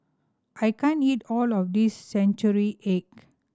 I can't eat all of this century egg